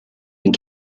and